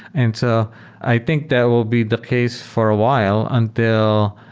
and so i think that will be the case for a while until,